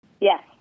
Yes